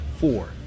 Four